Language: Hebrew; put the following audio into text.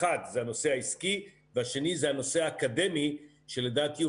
האחד זה הנושא העסקי והשני זה הנושא האקדמי שלדעתי הוא